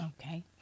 okay